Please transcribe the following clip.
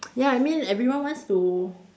ya I mean everyone wants to